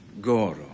Goro